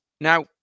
Now